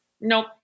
Nope